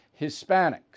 Hispanics